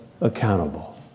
accountable